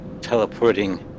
teleporting